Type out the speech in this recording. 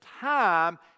time